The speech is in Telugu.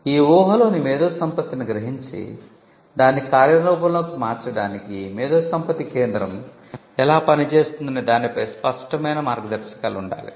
ఈ ఊహలోని మేధోసంపత్తిని గ్రహించి దాన్ని కార్యరూపంలోకి మార్చడానికి మేధోసంపత్తి కేంద్రం ఎలా పనిచేస్తుందనే దానిపై స్పష్టమైన మార్గదర్శకాలు ఉండాలి